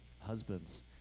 husbands